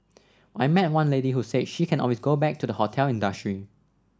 I met one lady who said she can always go back to the hotel industry